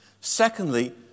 Secondly